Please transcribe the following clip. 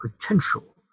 potential